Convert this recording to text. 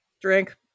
Drink